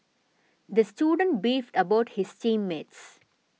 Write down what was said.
the student beefed about his team mates